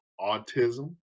autism